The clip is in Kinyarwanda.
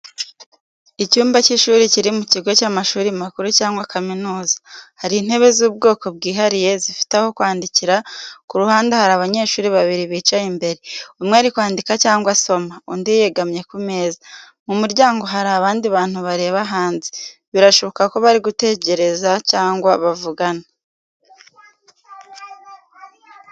Icyumba cy’ishuri kiri mu kigo cy’amashuri makuru cyangwa kaminuza. hari intebe z’ubwoko bwihariye, zifite aho kwandikira ku ruhande hari abanyeshuri babiri bicaye imbere, umwe ari kwandika cyangwa asoma, undi yegamye ku meza. Mu muryango hari abandi bantu bareba hanze, birashoboka ko bari gutegereza cyangwa bavugana.